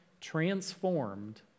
transformed